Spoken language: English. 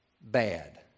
bad